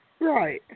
Right